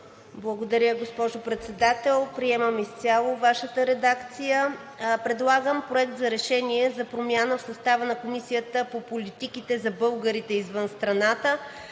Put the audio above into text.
Благодаря, госпожо Председател. Приемам изцяло Вашата редакция и предлагам: „Проект! РЕШЕНИЕ за промяна в състава на Комисията по политиките за българите извън страната